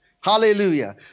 Hallelujah